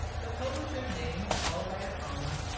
the publisher's name, followed by a comma,